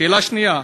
שאלה שנייה: